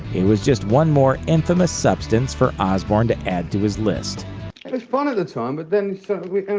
it was just one more infamous substance for osbourne to add to his list. it was fun at the time, but then